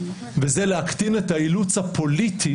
וזה להקטין את האילוץ הפוליטי